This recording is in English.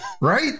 right